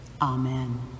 Amen